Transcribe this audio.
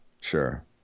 Sure